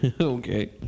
Okay